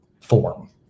form